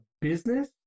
business